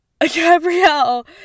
Gabrielle